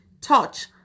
touch